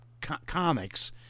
comics